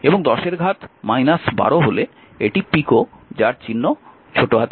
এবং 10 এর ঘাত 12 হলে এটি পিকো যার চিহ্ন p ইত্যাদি